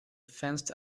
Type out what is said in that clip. fenced